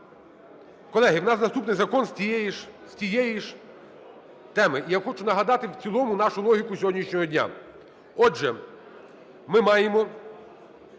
Колеги, в нас наступний закон з тієї ж теми, і я хочу нагадати в цілому нашу логіку сьогоднішнього дня. Отже, ми маємо